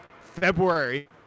February